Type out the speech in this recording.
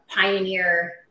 pioneer